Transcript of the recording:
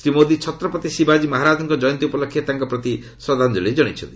ଶ୍ରୀ ମୋଦି ଛତ୍ରପତି ଶିବାଜୀ ମହାରାଜାଙ୍କ ଜୟନ୍ତୀ ଉପଲକ୍ଷେ ତାଙ୍କପ୍ରତି ଶ୍ରଦ୍ଧାଞ୍ଜଳି ଜଣାଇଛନ୍ତି